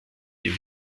die